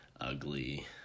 ugly